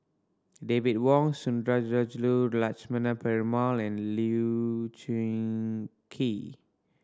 David Wong Sundarajulu Lakshmana Perumal and Lee Choon Kee